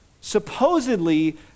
supposedly